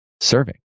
serving